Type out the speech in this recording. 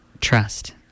Trust